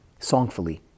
songfully